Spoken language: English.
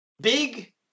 Big